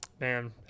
man